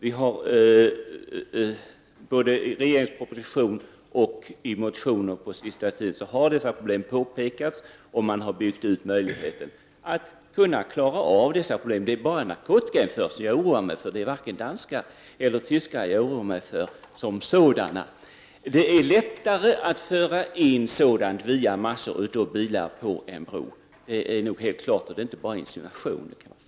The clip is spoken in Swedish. I såväl regeringsproposition som motioner har dessa problem påtalats under den senaste tiden, och möjligheterna att lösa problemen har ökat. Det är endast narkotikainförseln som jag är oroad över: det är varken danskar eller tyskar som sådana som jag oroar mig för. Det är lättare att föra in narkotika via mängder av bilar på en bro än på andra sätt. Detta är inte insinuationer — det är fakta.